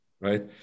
right